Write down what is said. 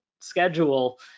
schedule